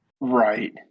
Right